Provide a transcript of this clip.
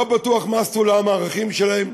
לא בטוח מה סולם הערכים שלהם.